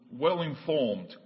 well-informed